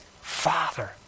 Father